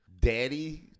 daddy